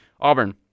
Auburn